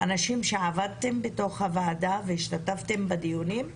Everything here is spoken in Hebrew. אתם עבדתם בתוך הוועדה והשתתפתם בדיונים,